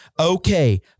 okay